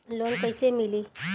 Loan कईसे मिली?